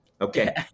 okay